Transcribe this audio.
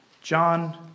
John